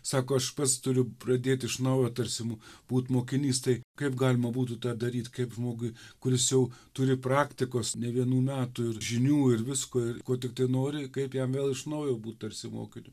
sako aš pats turiu pradėt iš naujo tarsi būt mokinys tai kaip galima būtų tą daryt kaip žmogui kuris jau turi praktikos ne vienų metų ir žinių ir visko ir ko tiktai nori kaip jam vėl iš naujo būt tarsi mokiniu